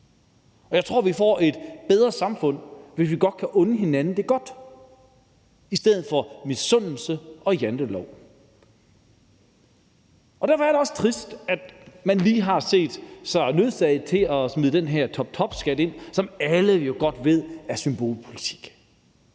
og jeg tror, at vi får et bedre samfund, hvis vi godt kan unde hinanden det godt, i stedet for at der er misundelse og jantelov. Derfor er det også trist, at man lige har set sig nødsaget til at smide den her toptopskat ind, som alle jo godt ved er symbolpolitik.